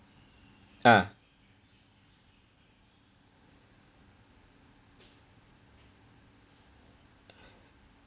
ah